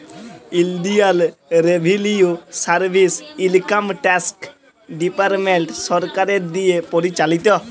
ইলডিয়াল revenue service income tax department সরকারের দিঁয়ে পরিচালিত